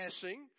passing